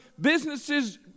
Businesses